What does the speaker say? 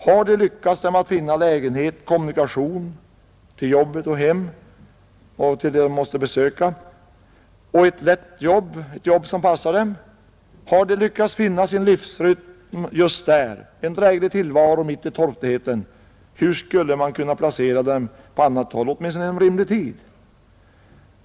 Har det lyckats dem att finna lägenhet, kommunikation till jobbet och till de platser de måste besöka och ett lätt jobb, ett jobb som passar dem, har de lyckats finna sin livsrytm just där och fått en dräglig tillvaro mitt i torftigheten, hur skulle man kunna placera dem på annat håll, åtminstone inom rimlig tid?